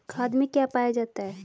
खाद में क्या पाया जाता है?